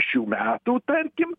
šių metų tarkim